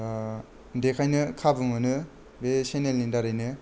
देखायनो खाबु मोनो बे सेनेलनि दारैनो